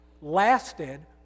lasted